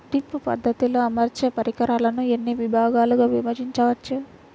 Drip పద్ధతిలో అమర్చే పరికరాలను ఎన్ని భాగాలుగా విభజించవచ్చు?